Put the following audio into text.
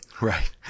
Right